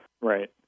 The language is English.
Right